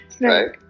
Right